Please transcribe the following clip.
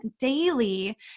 daily